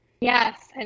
Yes